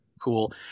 cool